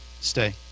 Stay